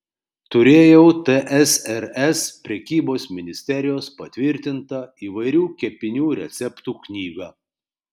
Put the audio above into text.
turėjau tsrs prekybos ministerijos patvirtintą įvairių kepinių receptų knygą